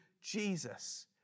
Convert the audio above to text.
Jesus